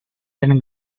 and